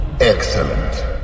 Excellent